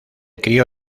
crió